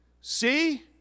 See